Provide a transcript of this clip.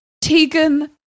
Tegan